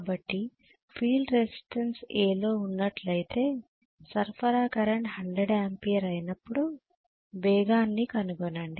కాబట్టి field resistance A లో ఉన్నట్లయితే సరఫరా కరెంట్ 100 ఆంపియర్ అయినప్పుడు వేగాన్ని కనుగొనండి